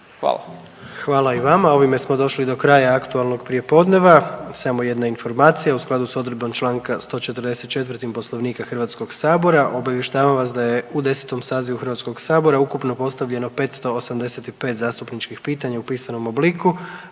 Hvala i vama, ovime smo došli do kraja aktualnog prijepodneva, samo jedna informacija. U skladu s odredbom Članka 144. Poslovnika Hrvatskog sabora obavještavam vas da je u 10. sazivu Hrvatskog sabora ukupno postavljeno 585 zastupničkih pitanja u pisanom obliku,